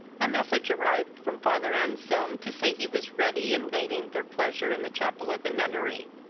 a message arrived from father anselm to say he was ready, and waiting their pleasure in the chapel of the nunnery.